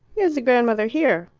he has a grandmother here.